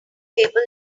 table